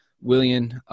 William